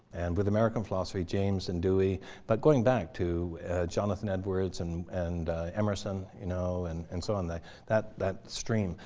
and with american philosophy, james and dewey but going back to jonathan edwards and and emerson, you know and and so um that that stream,